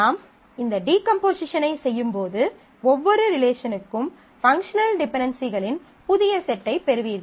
நாம் இந்த டீகம்போசிஷனைச் செய்யும்போது ஒவ்வொரு ரிலேஷனுக்கும் பங்க்ஷனல் டிபென்டென்சிகளின் புதிய செட்டைப் பெறுவீர்கள்